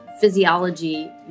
physiology